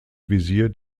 visier